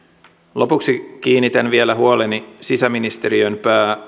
lopuksi kiinnitän vielä huoleni sisäministeriön